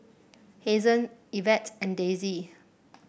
Hazen Evette and Daisy